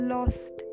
Lost